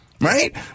right